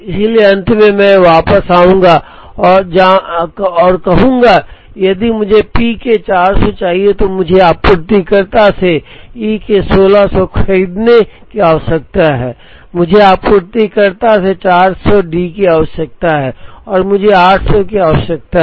इसलिए अंत में मैं वापस जाऊंगा और कहूंगा कि यदि मुझे पी के 400 चाहिए तो मुझे आपूर्तिकर्ता से ई के 1600 खरीदने की आवश्यकता है मुझे आपूर्तिकर्ता से 400 डी की आवश्यकता है और मुझे 800 की आवश्यकता है